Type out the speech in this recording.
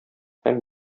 һәм